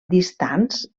distants